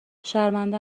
شرمنده